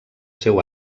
seu